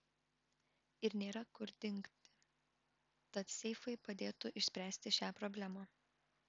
ir nėra kur dingti tad seifai padėtų išspręsti šią problemą